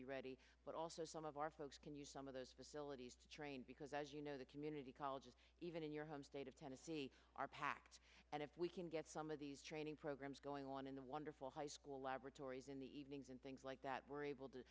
be ready but also some of our folks can use some of those facilities train because as you know the community colleges even in your home state of tennessee are packed and if we can get some of these training programs going on in the wonderful high school laboratories in the evenings and things like that we're able to